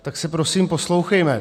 Tak se prosím poslouchejme!